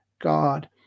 God